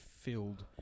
filled